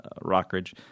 Rockridge